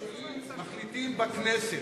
שאם מחליטים בכנסת,